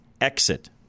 exit